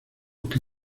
que